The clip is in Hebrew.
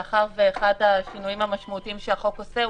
מאחר שאחד השינויים המשמעותיים שהחוק עושה,